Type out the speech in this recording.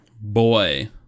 boy